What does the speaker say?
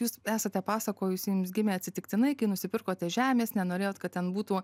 jūs esate pasakojusi jums gimė atsitiktinai kai nusipirkote žemės nenorėjot kad ten būtų